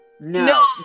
No